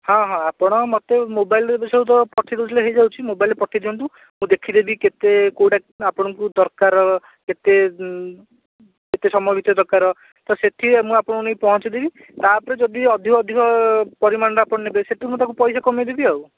ହଁ ହଁ ଆପଣ ମୋତେ ମୋବାଇଲ ବିଷୟରେ ତ ପଠାଇ ଦେଉଥିଲେ ହେଇଯାଉଚି ମୋବାଇଲରେ ପଠାଇ ଦିଅନ୍ତୁ ମୁଁ ଦେଖିଦେବି କେତେ କେଉଁଟା କେଉଁଟା ଆପଣଙ୍କୁ ଦରକାର କେତେ କେତେ ସମୟ ଭିତରେ ଦରକାର ତ ସେଠି ମୁଁ ଆପଣଙ୍କୁ ନେଇ ପହଞ୍ଚାଇ ଦେବି ତା'ପରେ ଯଦି ଅଧିକ ପରିମାଣର ଆପଣ ନେବେ ସେଠୁ ମୁଁ ତାକୁ ପଇସା କମାଇଦେବି ଆଉ